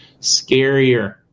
scarier